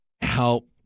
help